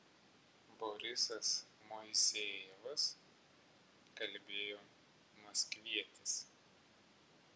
borisas moisejevas kalbėjo maskvietis